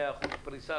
100 אחוזים פריסה,